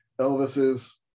Elvis's